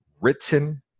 written